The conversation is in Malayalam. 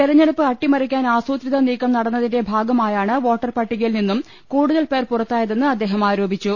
തെരഞ്ഞെടുപ്പ് അട്ടിമറിക്കാൻ ആസൂത്രിത നീക്കം നടന്നതിന്റെ ഭാഗമായാണ് വോട്ടർപട്ടികയിൽ നിന്നും കൂടുതൽ പേർ പുറത്തായതെന്ന് അദ്ദേഹം ആരോപിച്ചു